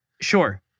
Sure